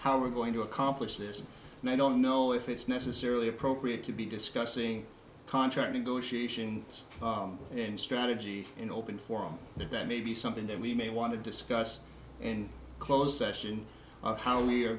how we're going to accomplish this and i don't know if it's necessarily appropriate to be discussing contract negotiations and strategy in open forum that that may be something that we may want to discuss in closed session of how we are